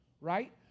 right